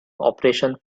operation